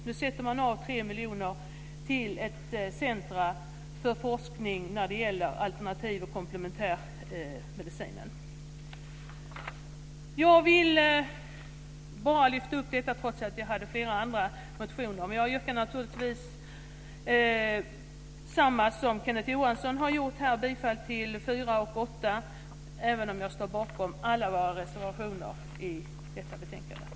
Nu sätter man av 3 miljoner till ett centrum för forskning när det gäller alternativ och komplementärmedicinen. Jag ville bara lyfta fram detta, trots att jag hade flera andra motioner. Men jag yrkar naturligtvis, precis som Kenneth Johansson har gjort, bifall till reservationerna 4 och 8, även om jag står bakom alla våra reservationer till detta betänkande.